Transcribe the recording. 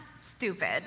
stupid